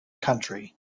country